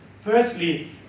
Firstly